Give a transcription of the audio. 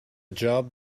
job